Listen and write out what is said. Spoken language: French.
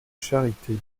charité